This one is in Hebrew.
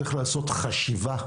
צריך לעשות חשיבה,